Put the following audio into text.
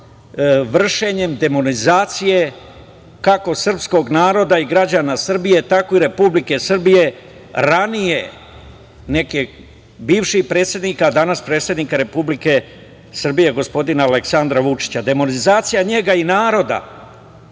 vršenjem demonizacije, kako srpskog naroda i građana Srbije, tako i Republike Srbije, ranije neki bivših predsednika, danas predsednika Republike Srbije gospodina Aleksandra Vučića. Demonizacija njega i naroda